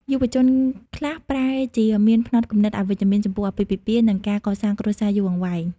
យុវជនខ្លះប្រែជាមានផ្នត់គំនិតអវិជ្ជមានចំពោះអាពាហ៍ពិពាហ៍ និងការកសាងគ្រួសារយូរអង្វែង។